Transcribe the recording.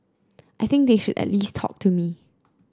I think they should at least talk to me